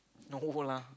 no lah